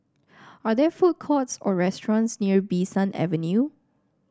are there food courts or restaurants near Bee San Avenue